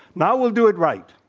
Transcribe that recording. now, we'll do it right.